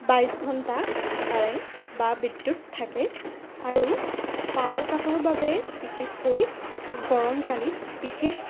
বাইছ ঘণ্টা কাৰেণ্ট বা বিদ্যুত থাকেই আৰু পাৱাৰ কাটৰ বাবে বিশেষকৈ গৰম কালিত বিশেষ